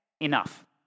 Enough